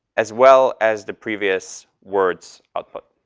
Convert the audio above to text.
as well as the previous words output.